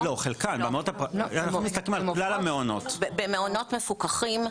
לא, במעונות מפוקחים,